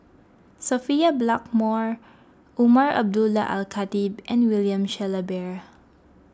Sophia Blackmore Umar Abdullah Al Khatib and William Shellabear